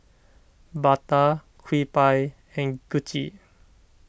Bata Kewpie and Gucci